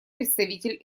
представитель